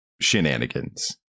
shenanigans